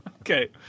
Okay